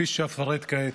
כפי שאפרט כעת.